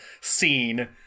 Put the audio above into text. scene